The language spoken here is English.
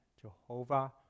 Jehovah